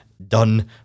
done